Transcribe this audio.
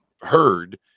heard